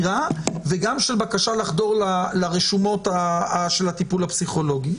גם של חקירה וגם של בקשה לחדור לרשומות של הטיפול הפסיכולוגי.